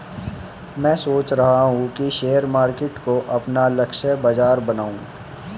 मैं सोच रहा हूँ कि शेयर मार्केट को अपना लक्ष्य बाजार बनाऊँ